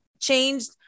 changed